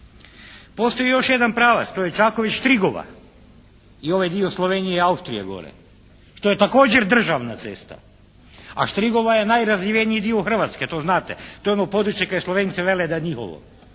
Postoji još jedan pravac, to je Čakovec – Štrigova i ovaj dio Slovenije i Austrije gore što je također državna cesta, a Štrigova je najrazvijeniji dio Hrvatske to znate, to je ono područje kaj Slovenci vele da je njihovo